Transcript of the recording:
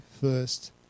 first